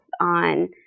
on